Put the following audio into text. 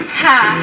ha